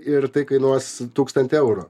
ir tai kainuos tūkstantį eurų